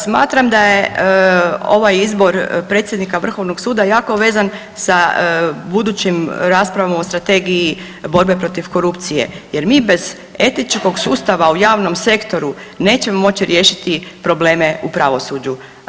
Smatram da je ovaj izbor predsjednika vrhovnog suda jako vezan sa budućim raspravama o strategiji borbe protiv korupcije jer mi bez etičkog sustava u javnom sektoru nećemo moći riješiti probleme u pravosuđu.